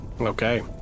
Okay